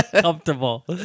comfortable